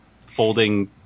folding